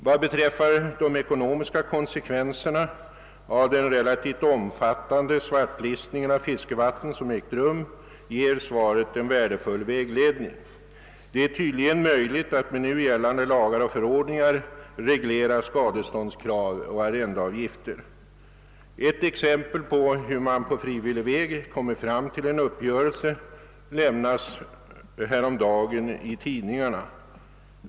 Vad beträffar de ekonomiska konsekvenserna av den relativt omfattande svartlistning av fiskevatten som ägt rum ger svaret en värdefull vägledning. Det är tydligen möjligt att med nu gällande lagar och förordningar reglera skadeståndskrav och arrandeavgifter. Ett exempel på hur man på frivillig väg kommer fram till en uppgörelse lämnades häromdagen i tidningarna.